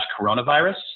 coronavirus